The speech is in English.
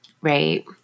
Right